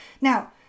Now